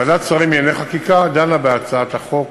ועדת שרים לענייני חקיקה דנה בהצעת החוק